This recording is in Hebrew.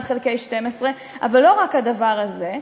1 חלקי 12. אבל לא רק הדבר הזה.